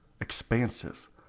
expansive